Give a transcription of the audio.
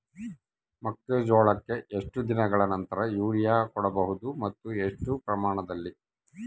ಮೆಕ್ಕೆಜೋಳಕ್ಕೆ ಎಷ್ಟು ದಿನಗಳ ನಂತರ ಯೂರಿಯಾ ಕೊಡಬಹುದು ಮತ್ತು ಎಷ್ಟು ಪ್ರಮಾಣದಲ್ಲಿ?